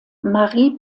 marie